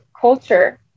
culture